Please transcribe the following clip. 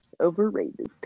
Overrated